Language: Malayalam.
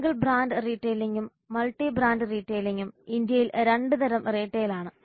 സിംഗിൾ ബ്രാൻഡ് റീട്ടെയിലിംഗും മൾട്ടി ബ്രാൻഡ് റീട്ടെയിലിംഗും ഇന്ത്യയിൽ 2 തരം റീട്ടെയിൽ ആണ്